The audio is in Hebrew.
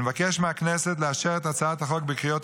אני מבקש מהכנסת לאשר את הצעת החוק בקריאות